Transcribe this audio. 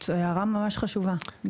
הערה ממש חשובה.